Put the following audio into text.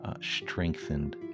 strengthened